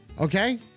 Okay